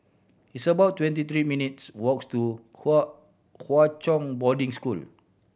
it's about twenty three minutes' walk to Hwa Hwa Chong Boarding School